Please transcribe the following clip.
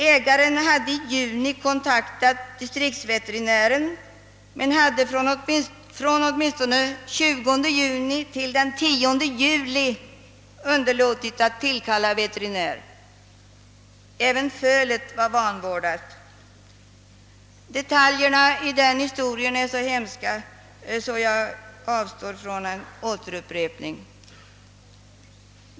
Ägaren hade i juni kontaktat distriktsveterinären — men åtminstone från den 20 juni till den 10 juli hade han underlåtit att tillkalla veterinär. Även fölet var vanvårdat. Detaljerna i historien är så hemska att jag avstår från att gå in på dem.